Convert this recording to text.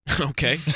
Okay